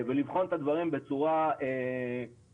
ולבחון את הדברים בצורה עניינית,